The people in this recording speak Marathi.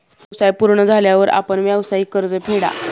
व्यवसाय पूर्ण झाल्यावर आपण व्यावसायिक कर्ज फेडा